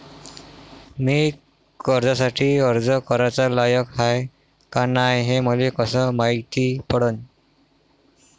मी कर्जासाठी अर्ज कराचा लायक हाय का नाय हे मले कसं मायती पडन?